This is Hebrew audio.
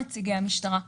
נציגי המשטרה,